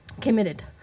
committed